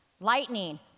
Lightning